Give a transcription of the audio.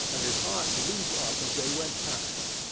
and his heart leap up as they went past!